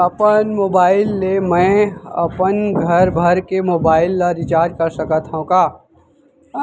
अपन मोबाइल ले मैं अपन घरभर के मोबाइल ला रिचार्ज कर सकत हव का?